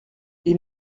ils